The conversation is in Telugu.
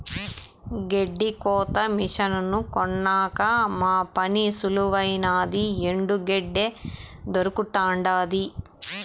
గెడ్డి కోత మిసను కొన్నాక మా పని సులువైనాది ఎండు గెడ్డే దొరకతండాది